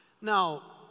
now